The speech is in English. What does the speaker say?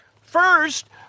first